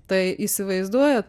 tai įsivaizduoja